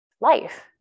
life